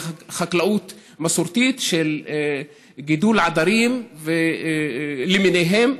חקלאות מסורתית של גידול עדרים למיניהם,